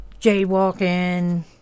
jaywalking